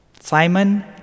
Simon